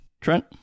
Trent